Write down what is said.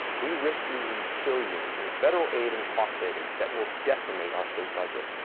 we risk losing billions in federal aid and cost savings that will decimate our state budget.